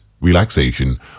relaxation